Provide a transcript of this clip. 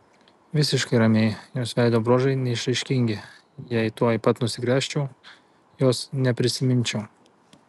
visiškai ramiai jos veido bruožai neišraiškingi jei tuoj pat nusigręžčiau jos neprisiminčiau